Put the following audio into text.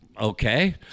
Okay